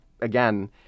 again